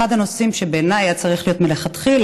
אחד הנושאים שבעיניי היה צריך להיות מלכתחילה,